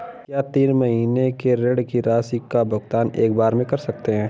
क्या तीन महीने के ऋण की राशि का भुगतान एक बार में कर सकते हैं?